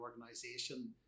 organization